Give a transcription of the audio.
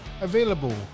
available